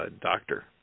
doctor